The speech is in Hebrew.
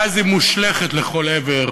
ואז היא מושלכת לכל עבר